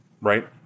right